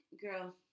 Girl